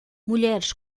mulheres